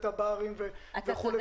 תב"רים וכו'.